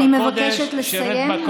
אני מבקשת לסיים.